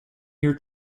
year